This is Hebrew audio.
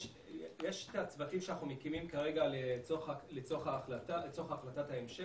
יש את הצוותים שאנחנו מקימים כרגע לצורך החלטת ההמשך.